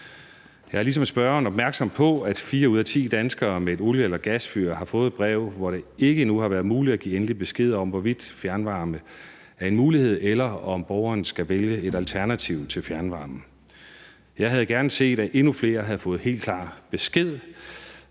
Jeg er ligesom spørgeren opmærksom på, at fire ud af ti danskere med et olie- eller gasfyr har fået et brev om, at det ikke endnu er muligt at give endelig besked om, hvorvidt fjernvarme er en mulighed, eller om borgerne skal vælge et alternativ til fjernvarme. Jeg havde gerne set, at endnu flere havde fået helt klar besked,